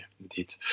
indeed